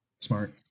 Smart